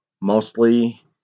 mostly